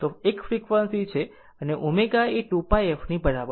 તો F frequency છે અને ω એ 2πf ની બરાબર છે